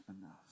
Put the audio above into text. enough